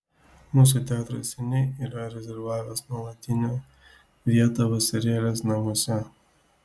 mūsų teatras seniai yra rezervavęs nuolatinę vietą vasarėlės namuose